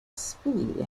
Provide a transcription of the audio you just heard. speed